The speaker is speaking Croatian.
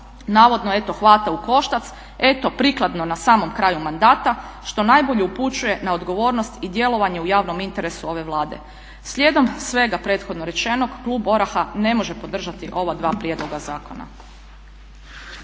navodno evo hvata u koštac, eto prikladno na samom kraju mandata što najbolje upućuje na odgovornost i djelovanje u javnom interesu ove Vlade. Slijedom svega prethodno rečeno klub OraH-a ne može podržati ova dva prijedloga zakona.